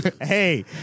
Hey